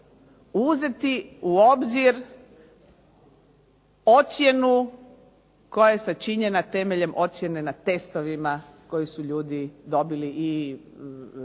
uzeti u obzir ocjenu koja je sačinjena temeljem ocjene na testovima koje su ljudi dobili i